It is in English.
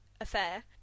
affair